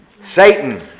Satan